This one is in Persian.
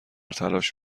تلاش